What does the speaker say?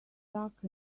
duck